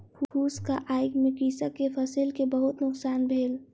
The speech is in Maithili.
फूसक आइग से कृषक के फसिल के बहुत नुकसान भेल